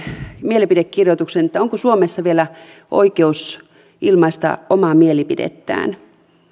mielipidekirjoituksen siitä onko suomessa vielä oikeus ilmaista omaa mielipidettään